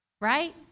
right